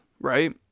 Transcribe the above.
right